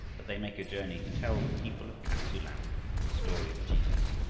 that they make a journey to tell the people of kap-tsu-lan the story of jesus.